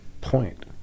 point